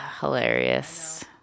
hilarious